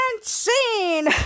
scene